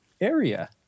area